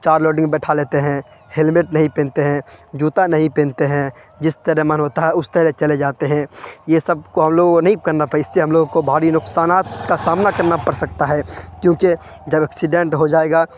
چار لوڈنگ بیٹھا لیتے ہیں ہیلمیٹ نہیں پہنتے ہیں جوتا نہیں پہنتے ہیں جس طرح من ہوتا ہے اس طرح چلے جاتے ہیں یہ سب کو ہم لوگوں کو نہیں کرنا تھا اس سے ہم لوگوں کو بھاری نقصانات کا سامنا کرنا پڑ سکتا ہے کیونکہ جب ایکسیڈینٹ ہو جائے گا